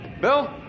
Bill